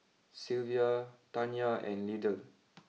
Sylvia Tanya and Lydell